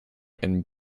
and